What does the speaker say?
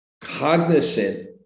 cognizant